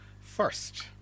first